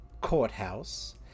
courthouse